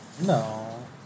No